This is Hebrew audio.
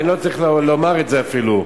אני לא צריך לומר את זה אפילו.